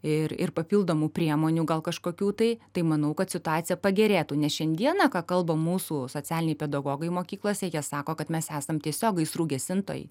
ir ir papildomų priemonių gal kažkokių tai tai manau kad situacija pagerėtų nes šiandieną ką kalba mūsų socialiniai pedagogai mokyklose jie sako kad mes esam tiesiog gaisrų gesintojai